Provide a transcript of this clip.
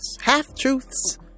Half-truths